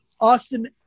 Austin